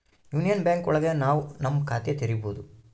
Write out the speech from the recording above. union Bank ಒಳಗ ನಾವ್ ನಮ್ ಖಾತೆ ತೆರಿಬೋದು